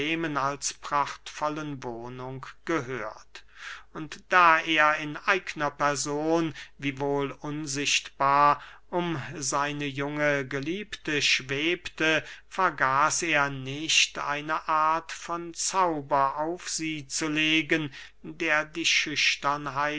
als prachtvollen wohnung gehört und da er in eigner person wiewohl unsichtbar um seine junge geliebte schwebte vergaß er nicht eine art von zauber auf sie zu legen der die schüchternheit